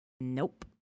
Nope